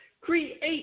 Create